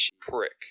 prick